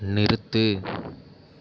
நிறுத்து